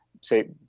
say